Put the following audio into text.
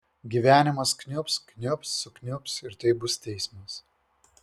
gyvenimas kniubs kniubs sukniubs ir tai bus teismas